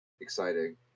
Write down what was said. exciting